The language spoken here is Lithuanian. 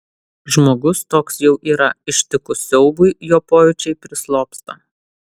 žmogus toks jau yra ištikus siaubui jo pojūčiai prislopsta